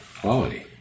Quality